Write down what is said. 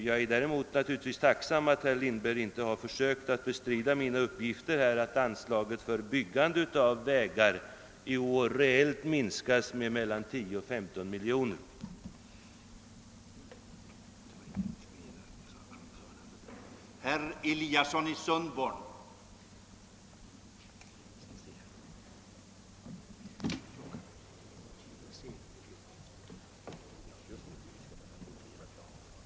Jag är naturligtvis tacksam för att herr Lindberg inte försökte bestrida min uppgift att anslaget till byggande av vägar i år reellt minskas med mellan 10 och 15 miljoner kronor.